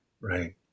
Right